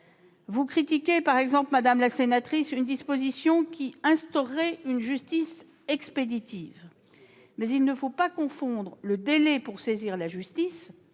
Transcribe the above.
Vous critiquez par exemple, madame la sénatrice, une disposition qui instaurerait une justice expéditive. Or il ne faut pas confondre le délai pour saisir la justice,